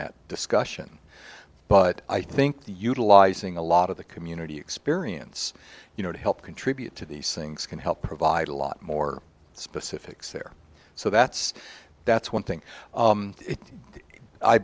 that discussion but i think the utilizing a lot of the community experience you know to help contribute to these things can help provide a lot more specifics there so that's that's one thing